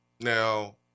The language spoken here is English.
Now